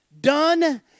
done